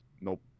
Nope